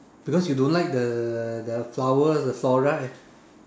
because you don't like the the flower the flora and